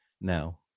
now